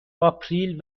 آپریل